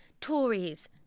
Tories